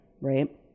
right